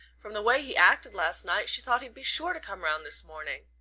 from the way he acted last night she thought he'd be sure to come round this morning.